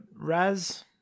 Raz